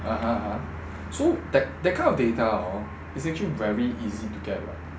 (uh huh) (uh huh) so tha~ that kind of data hor is actually very easy to get right